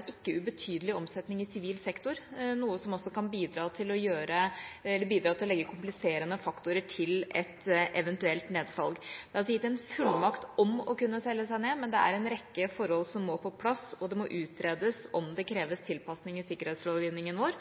en ikke ubetydelig omsetning i sivil sektor, noe som kan bidra til å legge kompliserende faktorer til et eventuelt nedsalg. Det er altså gitt en fullmakt til å kunne selge seg ned, men det er en rekke forhold som må på plass, og det må utredes om det kreves tilpasning i sikkerhetslovgivningen vår